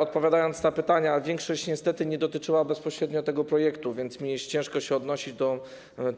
Odpowiadając na pytania, powiem, że większość niestety nie dotyczyła bezpośrednio tego projektu, więc ciężko mi się odnosić do